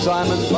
Simon